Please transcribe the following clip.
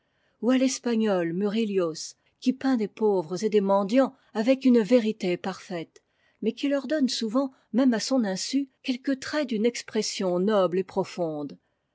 ou à l'espagnol murillos qui peint des pauvres et des mendiants avec une vérité parfaite mais qui leur donne souvent même à son insu quelques traits d'une expression noble et profonde